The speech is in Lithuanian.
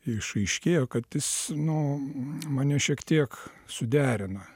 išaiškėjo kad jis nu mane šiek tiek suderina